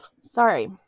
Sorry